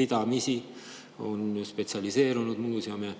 Ridamisi on ju spetsialiseerunud muuseume.